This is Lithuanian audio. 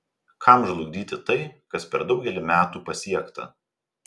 kam žlugdyti tai kas per daugelį metų pasiekta